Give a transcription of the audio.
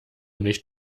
nicht